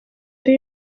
yari